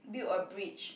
build a bridge